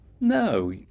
No